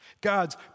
God's